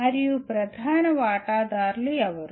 మరియు ప్రధాన వాటాదారులు ఎవరు